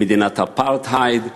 "מדינת אפרטהייד",